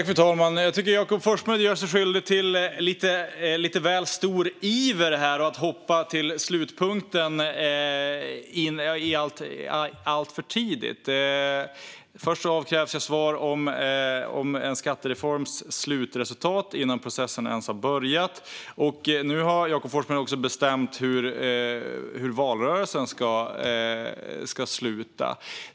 Fru talman! Jag tycker att Jakob Forssmed gör sig skyldig till lite väl stor iver här, att hoppa till slutpunkten alltför tidigt. Först avkrävs jag svar om en skattereforms slutresultat innan processen ens har börjat. Nu har Jakob Forssmed också bestämt hur valrörelsen ska sluta.